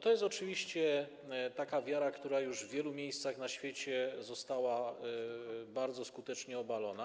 To jest oczywiście taka wiara, która już w wielu miejscach na świecie została bardzo skutecznie obalona.